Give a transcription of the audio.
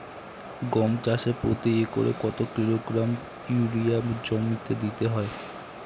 গম চাষে প্রতি একরে কত কিলোগ্রাম ইউরিয়া জমিতে দিতে হয়?